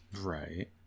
right